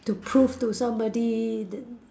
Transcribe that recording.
to prove to somebody that